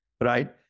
right